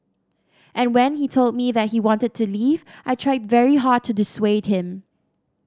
and when he told me that he wanted to leave I tried very hard to dissuade him